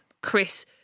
Chris